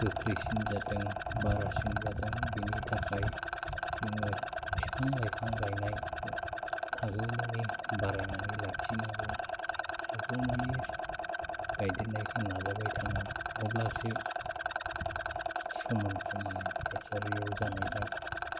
गोख्रैसिन जादों बारासिन जादों बेनि थाखाय जोङो बिफां लाइफां गायनाय हागौमानि बारायनानै लाखिनांगौ हागौमानि गायदेरनायखौ नाजाबाय थानांगौ अब्लासो समान समान थासारियाव जानाय जागोन